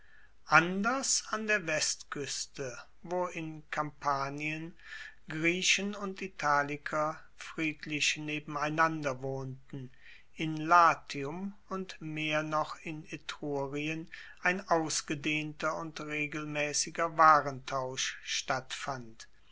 anders an der westkueste wo in kampanien griechen und italiker friedlich nebeneinander wohnten in latium und mehr noch in etrurien ein ausgedehnter und regelmaessiger warentausch stattfand